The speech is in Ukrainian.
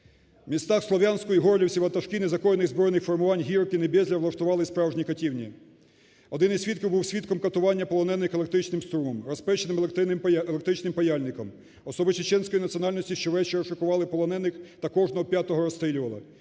містах Слов'янську і Горлівці ватажки незаконних збройних формувань Гіркін і Безлер влаштували справжні катівні. Один із свідків був свідком катування полонених електричним струмом, розпеченим електричним паяльником. Особи чеченської національності щовечора шикували полонених та кожного п'ятого розстрілювали.